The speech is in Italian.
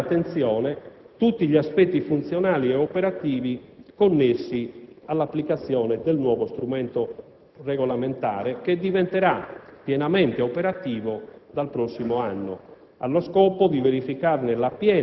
seguiti con particolare attenzione tutti gli aspetti funzionali e operativi connessi all'applicazione del nuovo strumento regolamentare, che diventerà pienamente operativo dal prossimo anno,